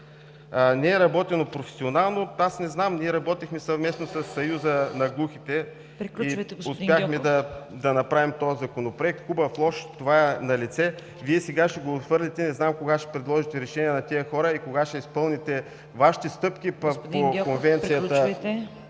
Не било работено професионално. Не знам, ние работихме съвместно със Съюза на глухите и успяхме да направим този Законопроект. Хубав, лош – това е налице. Вие сега ще го отхвърлите, не знам кога ще предложите решение на тези хора и кога ще изпълните Вашите стъпки (председателят